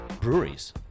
breweries